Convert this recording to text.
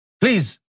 Please